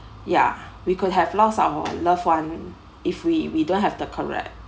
ya we could have lost our loved one if we we don't have the correct